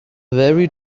very